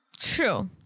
True